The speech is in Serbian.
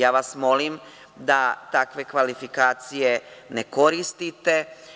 Ja vas molim da takve kvalifikacije ne koristite.